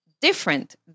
different